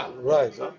Right